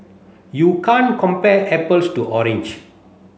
you can't compare apples to orange